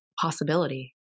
possibility